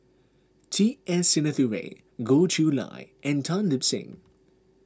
T S Sinnathuray Goh Chiew Lye and Tan Lip Seng